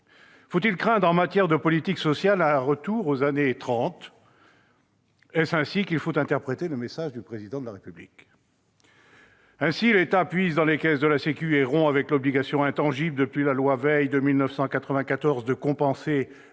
Faut-il craindre, en matière de politique sociale, un retour aux années 1930 ? Est-ce ainsi qu'il faut interpréter le message du Président de la République ? L'État puise dans les caisses de la sécurité sociale et rompt avec l'obligation intangible, depuis la loi Veil de 1994, de compenser